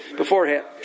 beforehand